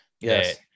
Yes